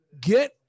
Get